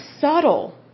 subtle